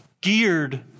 geared